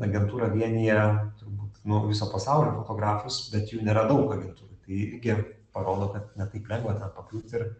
agentūra vienija turbūt nu viso pasaulio fotografus bet jų nėra daug agentūroj tai irgi parodo kad ne taip lengva pakliūt ir